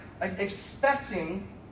expecting